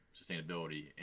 sustainability